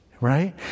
right